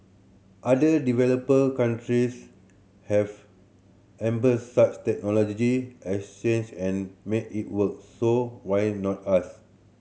other developer countries have such and made it work so why not us